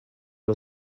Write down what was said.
nhw